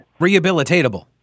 Rehabilitatable